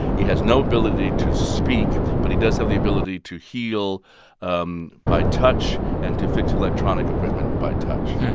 he has no ability to speak, but he does have the ability to heal um by touch and to fix electronic equipment by touch.